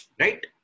Right